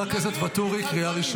מה קרה?